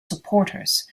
supporters